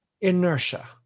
inertia